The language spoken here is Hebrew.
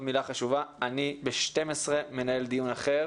אני בשעה 12:00 צריך לנהל דיון אחר